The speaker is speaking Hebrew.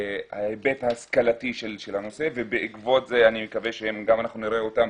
ההיבט ההשכלתי של הנושא ובעקבות זה אני מקווה שגם נראה אותם